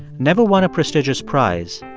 never won a prestigious prize,